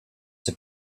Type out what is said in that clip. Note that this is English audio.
have